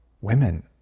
women